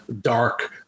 dark